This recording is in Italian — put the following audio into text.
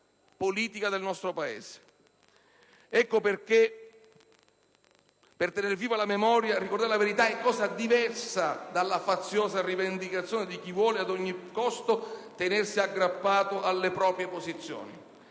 motivo, per tener viva la memoria, ricordare la verità è cosa diversa dalla faziosa rivendicazione di chi vuole ad ogni costo tenersi aggrappato alle proprie posizioni;